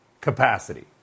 capacity